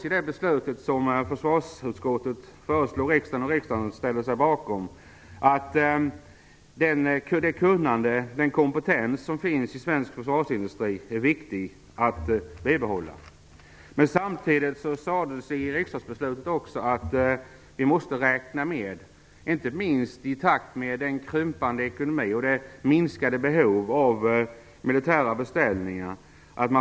I det beslut som försvarsutskottet föreslog riksdagen och som kammaren ställde sig bakom framhölls att det är viktigt att bibehålla den kompetens som finns i svensk försvarsindustri. I riksdagens beslut underströks emellertid också att vi inom svensk försvarsindustri måste räkna med en strukturomvandling och rationalisering, inte minst i takt med en krympande ekonomi och minskade behov av militära beställningar.